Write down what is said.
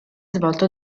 svolto